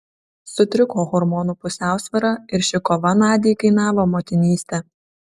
sutriko hormonų pusiausvyra ir ši kova nadiai kainavo motinystę